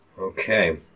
Okay